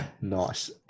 Nice